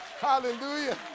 hallelujah